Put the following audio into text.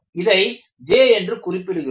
இதை J என்று குறிப்பிடுகிறோம்